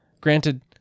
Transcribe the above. Granted